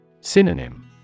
Synonym